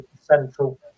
Central